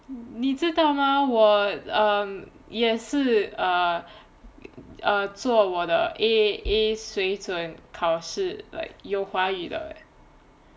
你知道吗我 um 也是 err err 做我的 A 水准考试 like 有华语的 leh